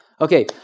Okay